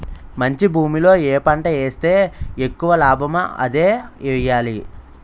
మంచి భూమిలో ఏ పంట ఏస్తే ఎక్కువ లాభమో అదే ఎయ్యాలి